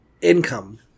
income